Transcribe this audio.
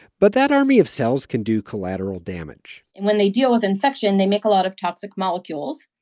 but that army of cells can do collateral damage and when they deal with infection, they make a lot of toxic molecules.